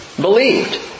believed